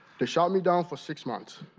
they shut me down for six months.